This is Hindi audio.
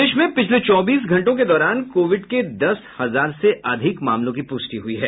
प्रदेश में पिछले चौबीस घंटों के दौरान कोविड के दस हजार से अधिक मामलों की पुष्टि हुई है